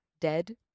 dead